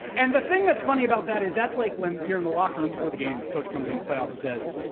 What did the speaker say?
and the thing that's funny about that is that's like when you're in the locker room before the game and the coach comes in the playhouse and says,